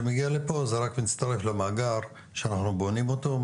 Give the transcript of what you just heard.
שמגיע לפה הוא רק מצטרף למאגר שאנחנו בונים אותו,